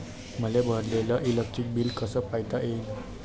मले भरलेल electric bill कस पायता येईन?